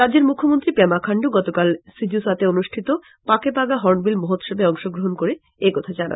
রাজ্যের মৃখ্যমন্ত্রী পেমা খান্ডু গতকাল সিজুসাতে অনুষ্ঠিত পাকেপাগা হর্ণবিল মহোৎসবে অংশগ্রহন করে একথা জানান